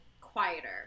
quieter